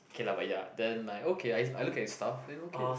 okay lah but ya then like okay I I look at his stuff then okay